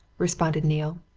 responded neale.